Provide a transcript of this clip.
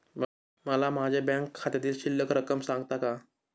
मला माझ्या बँक खात्यातील शिल्लक रक्कम सांगता का?